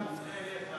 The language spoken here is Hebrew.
זה לא היה מופנה